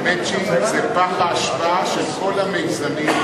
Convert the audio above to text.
ה"מצ'ינג" זה פח האשפה של כל המיזמים.